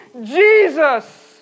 Jesus